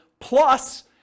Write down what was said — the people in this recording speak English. plus